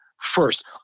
first